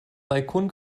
balkon